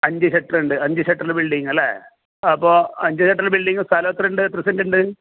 അഞ്ച് സെക്ടറുണ്ട് അഞ്ച് സെക്ടറിൽ ബിൽഡിങ്ങ് അല്ലേ അപ്പോൾ അഞ്ച് സെക്ടറിൽ ബിൽഡിംഗ് സ്ഥലം എത്രയുണ്ട് എത്ര സെന്റുണ്ട്